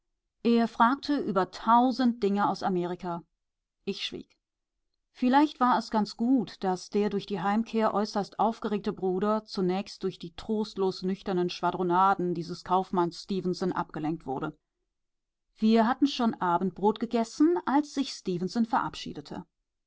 er fragte über tausend dinge aus amerika ich schwieg vielleicht war es ganz gut daß der durch die heimkehr äußerst aufgeregte bruder zunächst durch die trostlos nüchternen schwadronaden dieses kaufmanns stefenson abgelenkt wurde wir hatten schon abendbrot gegessen als sich stefenson verabschiedete